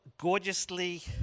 gorgeously